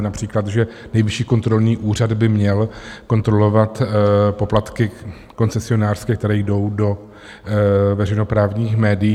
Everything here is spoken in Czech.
Například že Nejvyšší kontrolní úřad by měl kontrolovat poplatky koncesionářské, které jdou do veřejnoprávních médií.